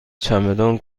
چمدان